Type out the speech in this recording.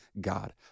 God